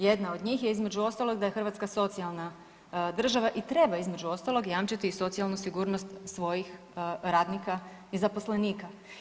Jedna od njih je između ostalog da je Hrvatska socijalna država i treba između ostalog jamčiti i socijalnu sigurnost svojih radnika i zaposlenika.